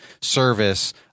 service